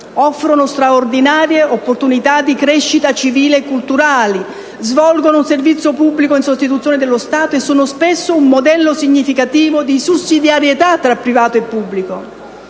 offrono straordinarie opportunità di crescita civile e culturale, che svolgono un servizio pubblico in sostituzione dello Stato e sono spesso un modello significativo di sussidiarietà tra privato e pubblico?